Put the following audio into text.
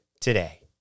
today